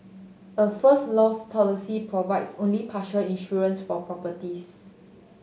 a First Loss policy provides only partial insurance for properties